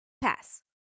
Pass